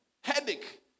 Headache